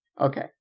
Okay